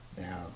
now